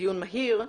דיון מהיר.